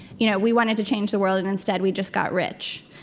you know we wanted to change the world, and instead, we just got rich.